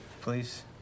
please